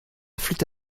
flûte